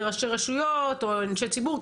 גם לא הגדרתי לראשי רשויות או אנשי ציבור,